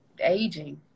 aging